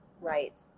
Right